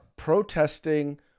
protesting